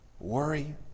worry